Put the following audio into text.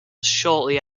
shortly